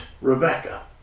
Rebecca